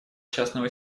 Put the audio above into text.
частного